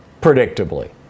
predictably